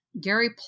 Gary